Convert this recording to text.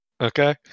Okay